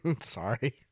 Sorry